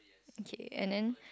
okay and then